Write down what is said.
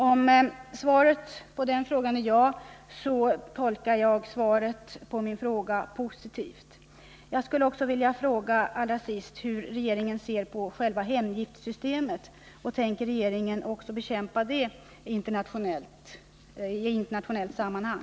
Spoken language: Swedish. Om svaret på denna fråga blir ja, tolkar jag svaret på min fråga som positivt. Allra sist skulle jag vilja fråga hur regeringen ser på själva hemgiftssystemet. Tänker regeringen också bekämpa detta i internationellt sammanhang?